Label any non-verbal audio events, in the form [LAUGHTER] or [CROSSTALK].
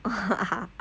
[LAUGHS]